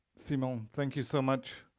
simone, thank you so much.